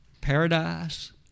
Paradise